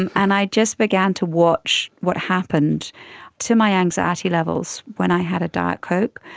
and and i just began to watch what happened to my anxiety levels when i had a diet coke.